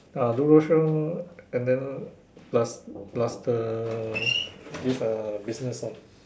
ah do roadshow and then plus plus the this uh business one